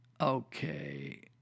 Okay